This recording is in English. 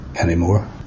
anymore